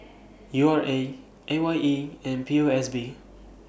U R A A Y E and P O S B